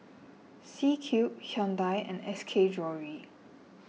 C Cube Hyundai and S K Jewellery